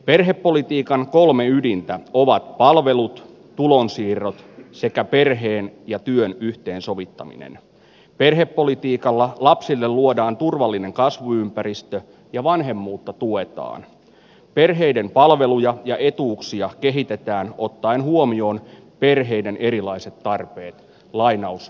perhepolitiikan kolme ydintä ovat palvelut tulonsiirrot sekä perheen ja työn yhteensovittaminen perhepolitiikalla lapsille luodaan turvallinen kasvuympäristö ja vanhemmuutta tuetaan perheiden palveluja ja etuuksia kehitetään ottaen huomioon perheiden erilaiset tarpeet lainaus